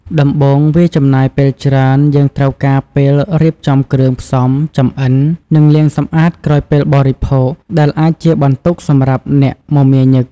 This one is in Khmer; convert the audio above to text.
ដំបូង វាចំណាយពេលច្រើន យើងត្រូវការពេលរៀបចំគ្រឿងផ្សំ ចម្អិន និងលាងសម្អាតក្រោយពេលបរិភោគ ដែលអាចជាបន្ទុកសម្រាប់អ្នកមមាញឹក។